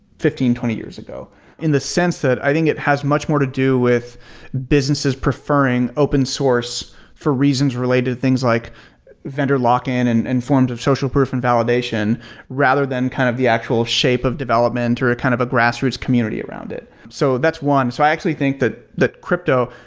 fifteen, twenty years ago in the sense that i think it has much more to do with businesses preferring open source for reasons related to things like vendor lock-in and in forms of social proof and validation rather than kind of the actual shape of development are a kind of a grassroots community around it. so that one. so i actually think that that crypto,